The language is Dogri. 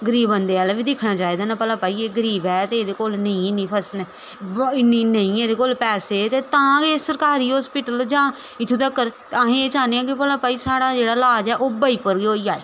गरीब बंदे अ'ल्ल बी दिक्खना चाहिदा न भला भई एह् गरीब ऐ ते एह्दे कोल नेईं इन्नी फसल इन्नी नेईं एह्दे कोल पैसे ते तां गै एह् सरकारी हस्पिटल जां इत्थूं तकर अस एह् चाह्न्ने आं कि भला भई साढ़ा जेह्ड़ा लाज ऐ ओह् बजीपुर बी होई जाए